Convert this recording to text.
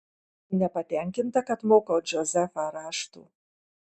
nepatenkinta kad mokau džozefą rašto